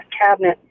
cabinet